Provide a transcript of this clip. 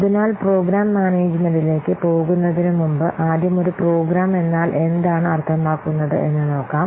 അതിനാൽ പ്രോഗ്രാം മാനേജുമെന്റിലേക്ക് പോകുന്നതിനുമുമ്പ് ആദ്യം ഒരു പ്രോഗ്രാം എന്നാൽ എന്താണ് അർത്ഥമാക്കുന്നത് എന്ന് നോക്കാം